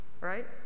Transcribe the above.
right